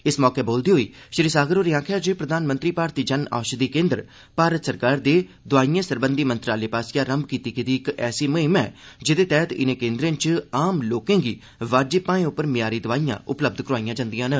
इस मौके बोलदे होई श्री सागर होरें आक्खेआ जे प्रधानमंत्री भारतीय जन औषघी केंद्र भारत सरकार दे दोआइए सरबंधी मंत्रालय पास्सेआ रम्म कीती गेदी इक ऐसी मुहिम ऐ जेदे तहत इनें केंदें च आम लोकें गी बाजब भाएं पर म्यारी दोआं उपलब्य करोआइयां जंदियां न